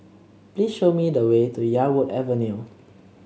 please show me the way to Yarwood Avenue